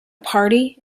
party